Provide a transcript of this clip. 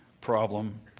problem